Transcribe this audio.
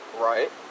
Right